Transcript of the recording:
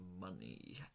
money